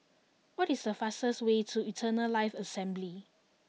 what is the fastest way to Eternal Life Assembly